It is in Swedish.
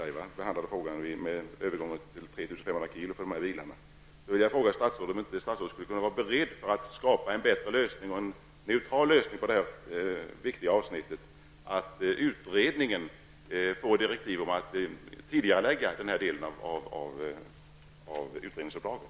Jag vill då fråga statsrådet: Är statsrådet beredd att åstadkomma en bättre, neutral lösning och att ge utredningen direktiv om en tidigareläggning av denna del av utredningsuppdraget?